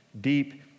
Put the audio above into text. deep